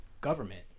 government